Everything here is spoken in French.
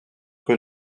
que